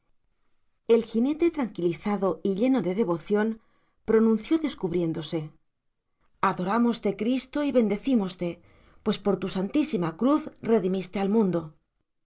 el jinete tranquilizado y lleno de devoción pronunció descubriéndose adorámoste cristo y bendecímoste pues por tu santísima cruz redimiste al mundo y de